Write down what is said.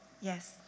Yes